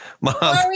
Mom